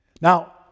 Now